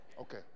Okay